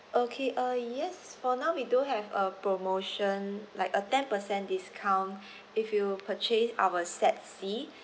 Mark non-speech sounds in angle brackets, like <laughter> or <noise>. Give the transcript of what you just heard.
okay uh yes for now we do have a promotion like a ten percent discount <breath> if you purchase our sets C <breath>